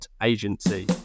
agency